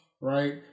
Right